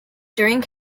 during